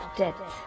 death